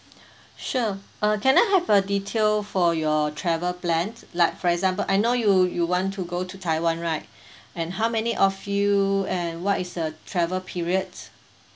sure uh can I have a detail for your travel plans like for example I know you you want to go to taiwan right and how many of you and what is the travel period